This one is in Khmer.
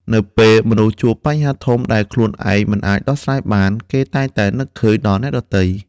នៅពេលមនុស្សជួបបញ្ហាធំដែលខ្លួនឯងមិនអាចដោះស្រាយបាន គេតែងតែនឹកឃើញដល់អ្នកដទៃ។